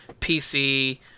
PC